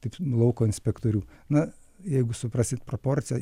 taip lauko inspektorių na jeigu suprasit proporciją